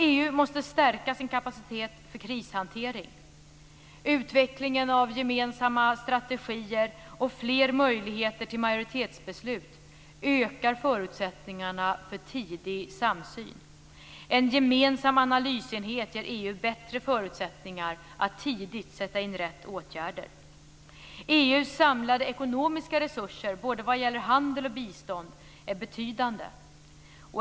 EU måste stärka sin kapacitet för krishantering. Utvecklingen av gemensamma strategier och fler möjligheter till majoritetsbeslut ökar förutsättningarna för tidig samsyn. En gemensam analysenhet ger EU bättre förutsättningar att tidigt sätta in rätt åtgärder. EU:s samlade ekonomiska resurser både vad gäller handel och bistånd är betydande.